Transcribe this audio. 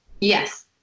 Yes